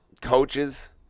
coaches